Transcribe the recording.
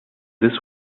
this